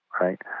right